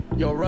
yo